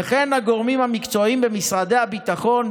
וכן הגורמים המקצועיים במשרד הביטחון,